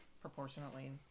proportionately